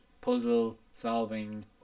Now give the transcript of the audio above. Puzzle-solving